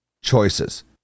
choices